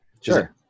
sure